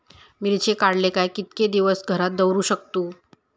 मिर्ची काडले काय कीतके दिवस घरात दवरुक शकतू?